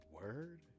Word